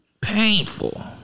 painful